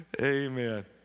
Amen